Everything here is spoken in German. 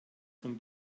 von